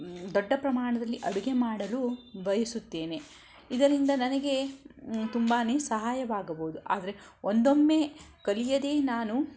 ದೊಡ್ಡ ಪ್ರಮಾಣದಲ್ಲಿ ಅಡುಗೆ ಮಾಡಲು ಬಯಸುತ್ತೇನೆ ಇದರಿಂದ ನನಗೆ ತುಂಬಾ ಸಹಾಯವಾಗಬೌದು ಆದರೆ ಒಂದೊಮ್ಮೆ ಕಲಿಯದೇ ನಾನು